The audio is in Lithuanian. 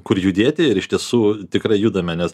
kur judėti ir iš tiesų tikrai judame nes